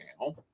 now